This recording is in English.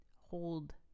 hold